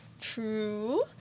true